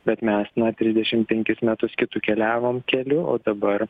bet mes na trisdešimt penkis metus kitu keliavom keliu o dabar